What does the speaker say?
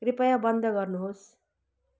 कृपया बन्द गर्नुहोस्